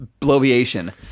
bloviation